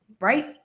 Right